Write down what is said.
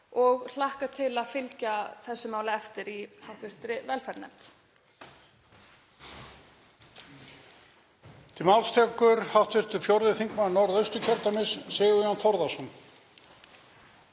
og hlakka til að fylgja þessu máli eftir í hv. velferðarnefnd.